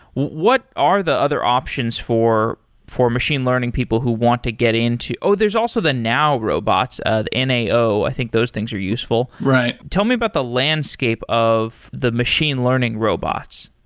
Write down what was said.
what are the other options for for machine learning? people who want to get into oh! there's also the nao robots, ah the n a o. i think those things are useful. right. tell me about the landscape of the machine learning robots.